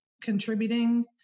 contributing